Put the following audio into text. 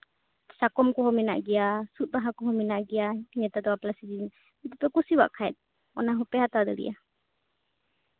ᱥᱟᱠᱚᱢ ᱠᱚᱦᱚᱸ ᱢᱮᱱᱟᱜ ᱜᱮᱭᱟ ᱥᱩᱫ ᱵᱟᱦᱟ ᱠᱚᱦᱚᱸ ᱢᱮᱱᱟᱜ ᱜᱮᱭᱟ ᱱᱮᱛᱟᱨ ᱫᱚ ᱵᱟᱯᱞᱟ ᱥᱤᱡᱤᱱ ᱡᱩᱫᱤᱯᱮ ᱠᱩᱥᱤᱭᱟᱜ ᱠᱷᱟᱡ ᱚᱱᱟ ᱦᱚᱸᱯᱮ ᱦᱟᱛᱟᱣ ᱫᱟᱲᱮᱭᱟᱜᱼᱟ